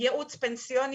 ייעוץ פנסיוני,